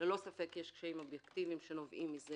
ללא ספק, יש קשיים אובייקטיביים שנובעים מזה